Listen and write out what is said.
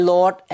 Lord